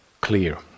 clear